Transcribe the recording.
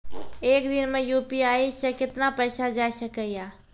एक दिन मे यु.पी.आई से कितना पैसा जाय सके या?